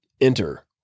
Enter